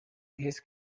his